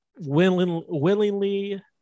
willingly